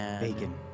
Bacon